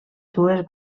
dues